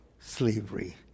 slavery